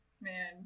man